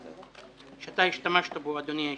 אדוני.